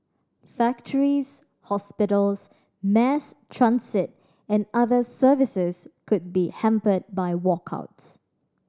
factories hospitals mass transit and other services could be hampered by walkouts